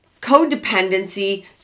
codependency